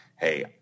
hey